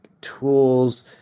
tools